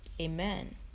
amen